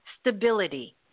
stability